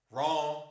Wrong